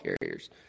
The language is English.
carriers